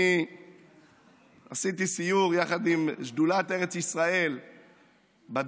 אני עשיתי סיור יחד עם שדולת ארץ ישראל בדרום.